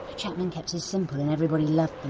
chapman kept his simple and everybody loved them.